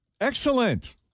excellent